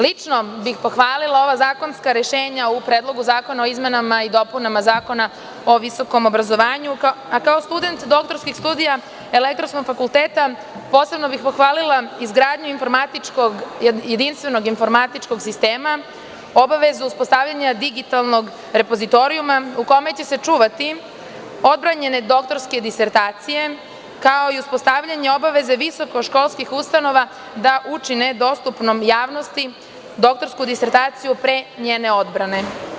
Lično bih pohvalila ova zakonska rešenja u Predlogu zakona o izmenama i dopunama Zakona o visokom obrazovanju, a kao student doktorskih studija elektronskog fakulteta posebno bih pohvalila izgradnju jedinstvenog informatičkog sistema, obavezu uspostavljanja digitalnog repozitorijuma u kome će se čuvati odbranjene doktorske disertacije, kao i uspostavljanje obaveze visokoškolskih ustanova da učine dostupnom javnosti doktorsku disertaciju pre njene odbrane.